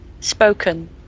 Spoken